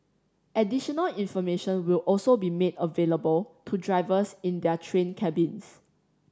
additional information will also be made available to drivers in their train cabins